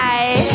Bye